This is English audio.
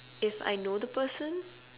if I know the person